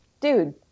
dude